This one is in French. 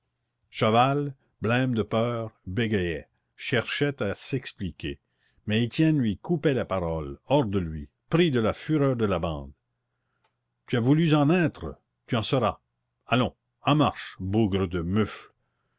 chaval blême de peur bégayait cherchait à s'expliquer mais étienne lui coupait la parole hors de lui pris de la fureur de la bande tu as voulu en être tu en seras allons en marche bougre de mufle